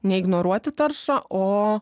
ne ignoruoti taršą o